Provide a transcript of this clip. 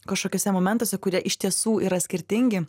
kažkokiuose momentuose kurie iš tiesų yra skirtingi